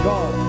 God